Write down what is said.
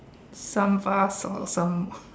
some vase or some